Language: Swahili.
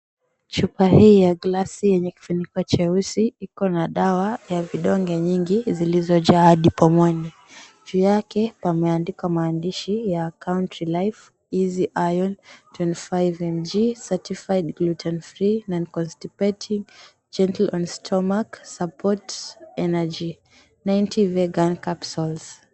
Chupa hii ya glasi yenye kifuniko cheusi iko na dawa ya vidonge nyingi zilizojaa hadi pomoni. Juu yake pameandikwa maandishi ya "Country Life Easy Iron 25mg certified gluten free non constipating gentle on stomach supports energy 90 vegan capsules".